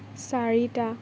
চাৰিটা